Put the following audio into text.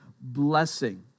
blessing